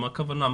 מה הכוונה?